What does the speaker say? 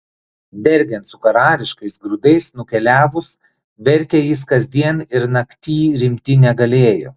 dergiant su karališkais grūdais nukeliavus verkė jis kasdien ir naktyj rimti negalėjo